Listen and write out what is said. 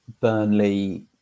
Burnley